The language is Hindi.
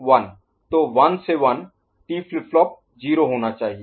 तो 1 से 1 टी फ्लिप फ्लॉप 0 होना चाहिए